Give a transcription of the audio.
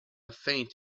faint